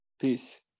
peace